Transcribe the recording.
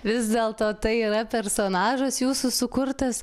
vis dėlto tai yra personažas jūsų sukurtas